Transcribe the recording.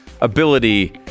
Ability